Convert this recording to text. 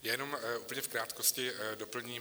Jenom úplně v krátkosti doplním.